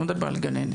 הוא לא מדבר על הגננות.